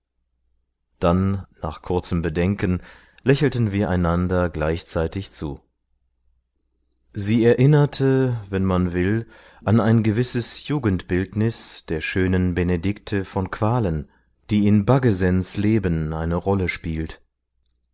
dann nach kurzem bedenken lächelten wir einander gleichzeitig zu sie erinnerte wenn man will an ein gewisses jugendbildnis der schönen benedicte von qualen die in baggesens leben eine rolle spielt